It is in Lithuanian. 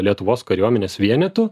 lietuvos kariuomenės vienetų